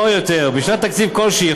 או יותר, בשנת תקציב כלשהי.